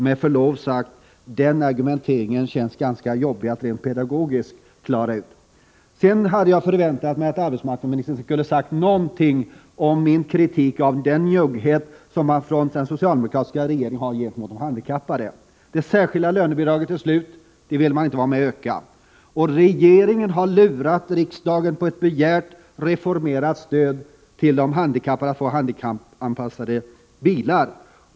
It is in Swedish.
Med förlov sagt, fru talman, känns den argumenteringen ganska jobbig att rent pedagogiskt klara ut. Jag hade väntat mig att arbetsmarknadsministern skulle säga någonting om min kritik av den njugghet som den socialdemokratiska regeringen har visat mot de handikappade. Det särskilda lönebidraget är slut och det vill man inte vara med om att öka. Regeringen har lurat riksdagen på ett begärt reformerat stöd till de handikappade för att ge dem handikappanpassade bilar.